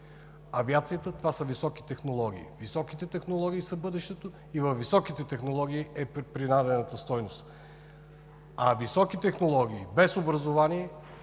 авиацията – това са високите технологии. Високите технологии са бъдещето и във високите технологии е принадената стойност, а високи технологии без образование,